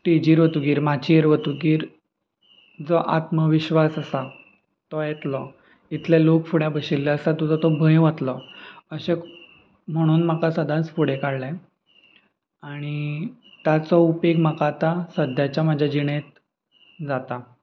स्टेजीर वतगीर माचयेर वतकच जो आत्मविश्वास आसा तो येतलो इतले लोक फुड्यान बशिल्ले आसा तुजो तो भंय वतलो अशें म्हणून म्हाका सदांच फुडें काडलें आनी ताचो उपेग म्हाका आतां सद्यांच्या म्हज्या जिणेंत जाता